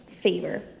favor